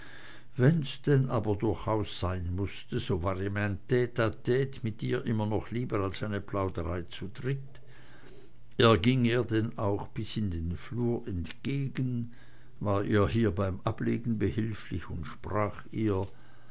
wenn's denn aber durchaus sein mußte so war ihm ein tte tte mit ihr immer noch lieber als eine plauderei zu dritt er ging ihr denn auch bis in den flur entgegen war ihr hier beim ablegen behilflich und sprach ihr